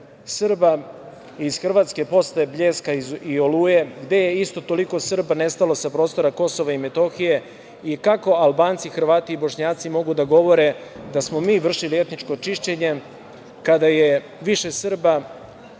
Srba iz Hrvatske posle „Bljeska“ i „Oluje“ gde je isto toliko Srba nestalo sa prostora Kosova i Metohije i kako Albanci, Hrvati i Bošnjaci mogu da govore da smo mi vršili etničko čišćenje kada je njih više a Srba manje